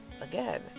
again